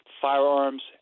Firearms